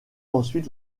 ensuite